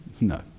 No